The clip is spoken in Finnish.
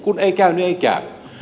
kun ei käy niin ei käy